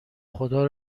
خدا